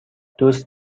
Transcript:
دوست